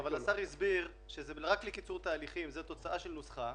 אנחנו נמצאים במדינת חוק.